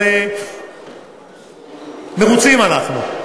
אבל מרוצים אנחנו,